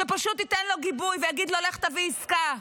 שפשוט ייתן לו גיבוי ויגיד לו: לך תביא עסקה.